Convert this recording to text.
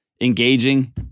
engaging